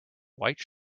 white